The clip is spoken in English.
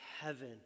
heaven